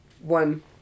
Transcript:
one